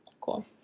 cool